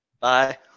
Bye